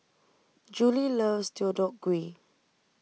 Juli loves Deodeok Gui